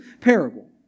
parable